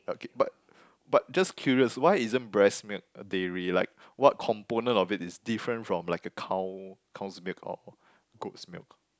okay but but just curious why isn't breast milk a dairy like what component of it is different from like a cow cow's milk or goat's milk